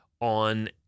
on